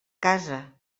casa